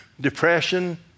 Depression